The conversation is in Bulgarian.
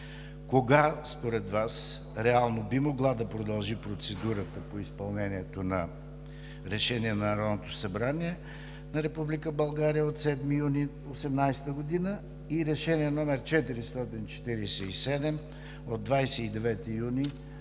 Кога според Вас реално би могла да продължи процедурата по изпълнение на Решение на Народното събрание на Република България от 7 юни 2018 г. и Решение № 447 от 29 юни 2018